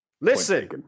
Listen